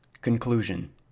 Conclusion